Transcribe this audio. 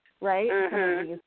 Right